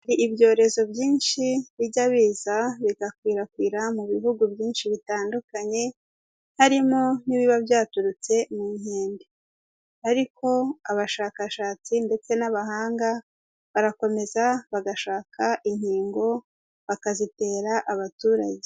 Ibyorezo byinshi bijya biza bigakwirakwira mu bihugu byinshi bitandukanye, harimo n'ibiba byaturutse mu nkende. Ariko abashakashatsi ndetse n'abahanga barakomeza bagashaka inkingo bakazitera abaturage.